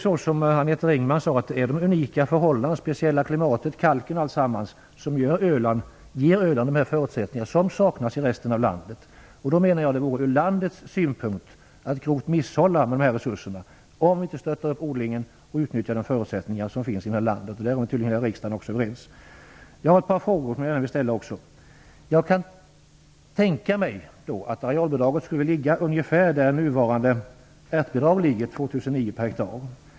Som Agneta Ringman sade ger det unika förhållandet, det speciella klimatet, kalken m.m. Öland de förutsättningar som saknas i resten av landet. Ur landets synpunkt vore det därför ett grovt misshushållande med resurserna om vi inte stödjer odlingen och utnyttjar de förutsättningar som finns. Detta är man tydligen också överens om i riksdagen. Jag vill också gärna ställa ett par frågor. Jag kan tänka mig att arealbidraget skulle kunna ligga på ungefär samma nivå som det nuvarande ärtbidraget, 2009 per hektar.